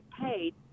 paid